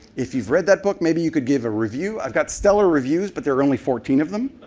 if you've read that book, maybe you could give a review. i've got stellar reviews, but there are only fourteen of them.